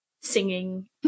Singing